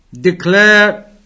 declare